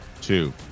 two